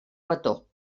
petó